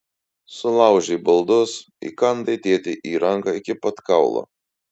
sulaužei baldus įkandai tėtei į ranką iki pat kaulo